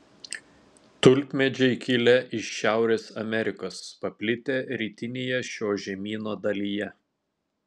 tulpmedžiai kilę iš šiaurės amerikos paplitę rytinėje šio žemyno dalyje